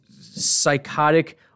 psychotic